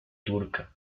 turca